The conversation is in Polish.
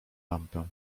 lampę